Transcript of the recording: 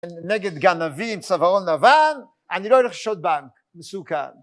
נגד גנב עם צווארון לבן, אני לא אלך לשדוד בנק, מסוכן